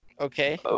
Okay